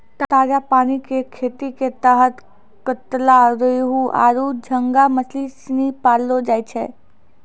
ताजा पानी कॅ खेती के तहत कतला, रोहूआरो झींगा मछली सिनी पाललौ जाय छै